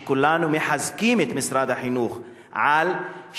שכולנו מחזקים את משרד החינוך על,